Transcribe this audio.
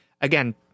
again